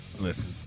listen